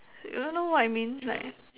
do you know what I mean like